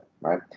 Right